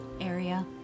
area